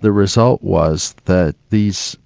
the result was that these